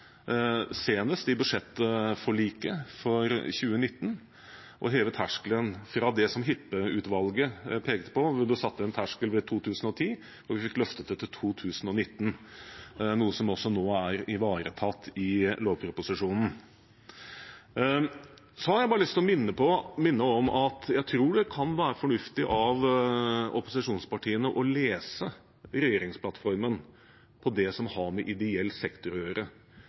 senest i budsjettforliket for 2019 – å heve terskelen fra det som Hippe-utvalget pekte på, hvor man satte en terskel ved 2010. Vi fikk løftet det til 2019, noe som nå også er ivaretatt i lovproposisjonen. Så har jeg bare lyst til å minne om at jeg tror det kan være fornuftig av opposisjonspartiene å lese i regjeringsplattformen om det som har med ideell sektor å gjøre,